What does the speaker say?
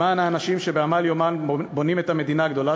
למען האנשים שבעמל יומם בונים את המדינה הגדולה